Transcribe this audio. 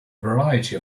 variety